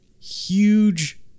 huge